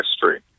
history